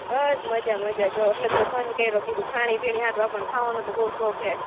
બસ મજા મજા જો એટલેજ મે ફોન કયરો કીધું ખાણી પીણી હાટુ આપણને ખાવાનું તો બઉ શોક હે